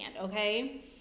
okay